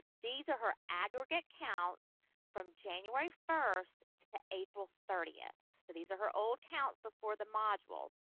these are her aggregate counts from january first to april thirtieth. so, these are her old counts before the module.